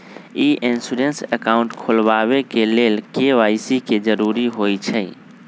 ई insurance account खोलबाबे के लेल के.वाई.सी के जरूरी होइ छै